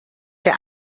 der